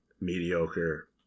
mediocre